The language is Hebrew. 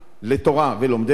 לתורה ולומדיה,